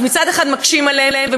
אז מצד אחד מקשים עליהם,